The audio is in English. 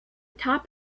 top